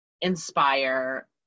inspire